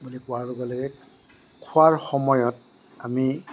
বুলি কোৱাৰ লগে লগে খোৱাৰ সময়ত আমি